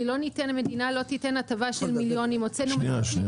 כי המדינה לא תיתן הטבה של מיליונים הוצאנו מאות מיליונים בשנה.